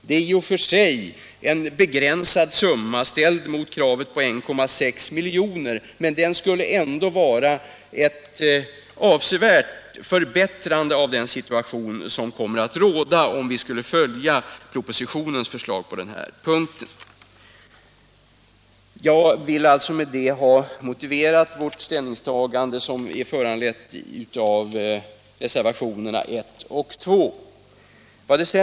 Det är i och för sig en begränsad summa, sedd mot nämnda 1,6 miljoner, men det skulle ändå innebära en avsevärd förbättring av situationen jämfört med om riksdagen följer propositionens förslag på denna punkt. Med det anförda har jag velat motivera vårt ställningstagande, som är föranlett av reservationerna 1 och 2.